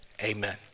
Amen